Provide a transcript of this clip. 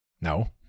No